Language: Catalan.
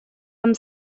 amb